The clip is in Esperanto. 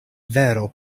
vero